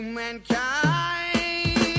mankind